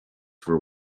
for